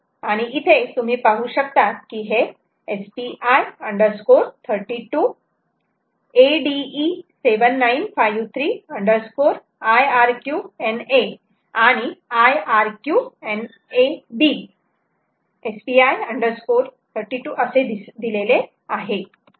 आणि इथे तुम्ही पाहू शकतात की SPI 32 ADE7953 IRQNA आणि IRQNA B SPI 32 ADE7953 IRQNA and IRQNAB असे दिलेले आहे